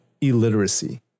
illiteracy